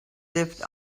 lived